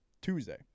Tuesday